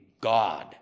God